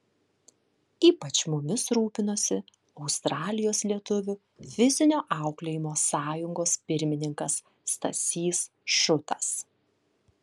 ypač mumis rūpinosi australijos lietuvių fizinio auklėjimo sąjungos pirmininkas stasys šutas